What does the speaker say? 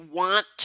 want